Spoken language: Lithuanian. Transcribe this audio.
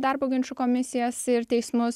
darbo ginčų komisijas ir teismus